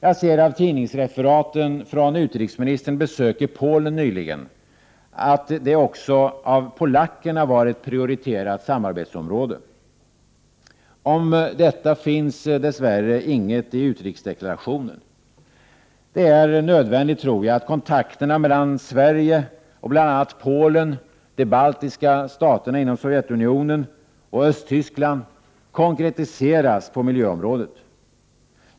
Jag ser av tidningsreferaten från utrikesministerns besök i Polen nyligen att det också av polackerna var ett prioriterat samarbetsområde. Om detta finns dess värre inget i utrikesdeklarationen. Det är nödvändigt, tror jag, att kontakterna mellan Sverige och bl.a. Polen, de baltiska staterna inom Sovjetunionen och Östtyskland konkretiseras på miljöområdet.